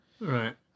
Right